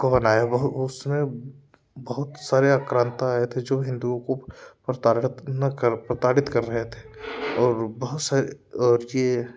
को बनाया वो उसमें बहुत सारे आक्रांता आए थे जो हिंदुओं को प्रताड़ित ना कर प्रताड़ित कर रहे थे और बहुत से और यह